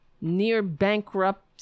near-bankrupt